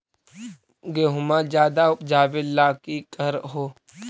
गेहुमा ज्यादा उपजाबे ला की कर हो?